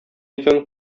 икән